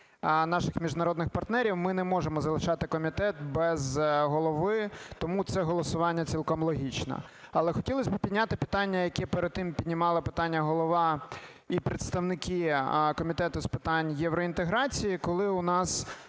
наших міжнародних партнерів, ми не можемо залишати комітет без голови, тому це голосування цілком логічне. Але хотілось би підняти питання, яке перед тим піднімала питання голова і представники Комітету з питань євроінтеграції, коли у нас